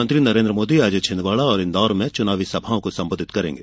प्रधानमंत्री नरेन्द्र मोदी आज छिंदवाड़ा और इन्दौर में चुनावी सभाओं को संबोधित करेगें